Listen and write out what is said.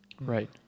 Right